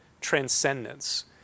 transcendence